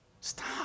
Stop